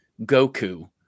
Goku